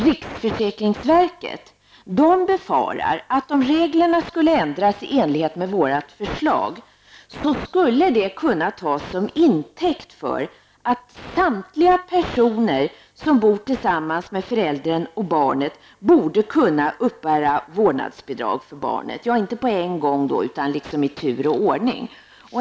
Riksförsäkringsverket befarar att om reglerna skulle ändras i enlighet med vårt förslag skulle det kunna tas till intäkt för att samtliga personer som bor tillsammans med föräldern och barnet borde kunna uppbära vårdbidrag för barnet, inte på en gång, utan i tur och ordning.